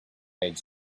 age